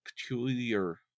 peculiar